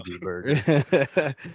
Burger